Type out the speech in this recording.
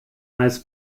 eis